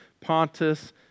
Pontus